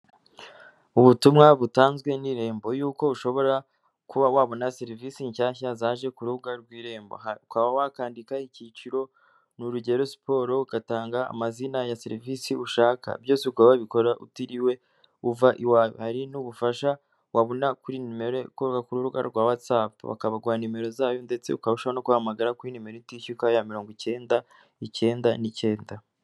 Ubutumwa butanzwe n'irembo yuko ushobora kuba wabona serivisi nshyashya zaje ku rubuga rw'irembo hano ukaba wakandika icyiciro ni urugero siporo ugatanga amazina ya serivisi ushaka byose ukababikora utiriwe uva iwawe ,hari n'ubufasha wabona kuri numero ikora ku urubuga rwa whatsapp bakabagu nimero zayo ndetse ukabasha no guhamagara kuri numero itishyurwa ya mirongo icyenda icyenda n'icyenda.